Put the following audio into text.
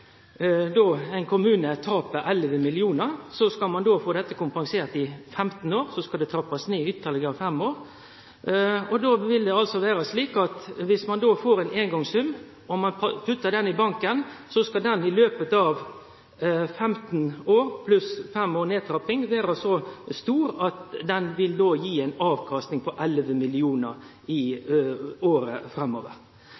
Då vil det vere slik at viss ein får ein eingongssum og puttar han i banken, skal han i løpet av 15 år pluss fem års nedtrapping vere så stor at han vil gi ei avkasting på